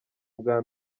ubwa